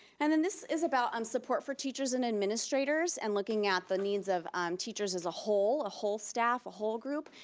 and then this is about um support for teacher and administrators, and looking at the needs of teachers as a whole, a whole staff, a whole group,